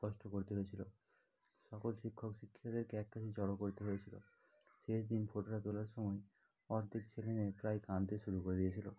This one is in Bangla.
কষ্ট করতে হয়েছিল সকল শিক্ষক শিক্ষিকাদেরকে এক কাছে জড়ো করতে হয়েছিল শেষ দিন ফটোটা তোলার সময় অর্ধেক ছেলে মেয়ে প্রায় কাঁদতে শুরু করে দিয়েছিল